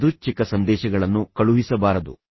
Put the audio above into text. ಯಾದೃಚ್ಛಿಕ ಸಂದೇಶಗಳನ್ನು ಕಳುಹಿಸಬಾರದು